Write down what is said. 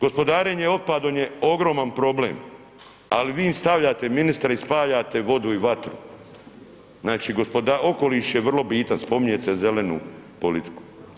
Gospodarenje otpadom je ogroman problem, al vi im stavljate ministra i spajate vodu i vatru, znači okoliš je vrlo bitan spominjete zelenu politiku.